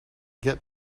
get